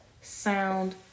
sound